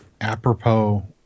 apropos